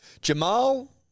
Jamal